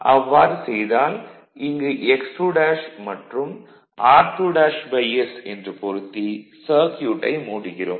அவ்வாறு செய்தால் இங்கு x2' மற்றும் r2's என்று பொருத்தி சர்க்யூட்டை மூடுகிறோம்